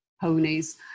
ponies